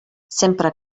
sempre